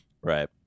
Right